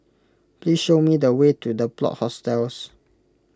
please show me the way to the Plot Hostels